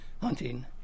hunting